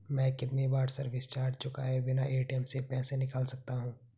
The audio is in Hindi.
मैं कितनी बार सर्विस चार्ज चुकाए बिना ए.टी.एम से पैसे निकाल सकता हूं?